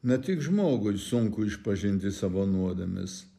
na tik žmogui sunku išpažinti savo nuodėmes